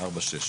זה נושא